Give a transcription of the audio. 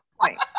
point